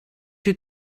you